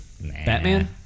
Batman